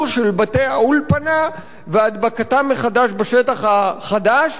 של בתי האולפנה והדבקתם מחדש בשטח החדש,